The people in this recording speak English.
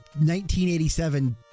1987